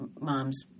mom's